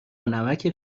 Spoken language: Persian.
نمکه